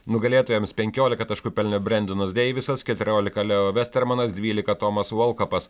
nugalėtojams penkiolika taškų pelnė brendonas deivisas keturiolika leo vestarmanas dvylikatomas volkapas